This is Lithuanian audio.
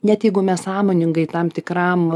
net jeigu mes sąmoningai tam tikram